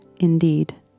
indeed